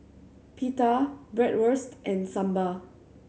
Pita Bratwurst and Sambar